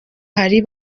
hari